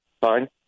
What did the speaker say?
Fine